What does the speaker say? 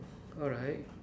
alright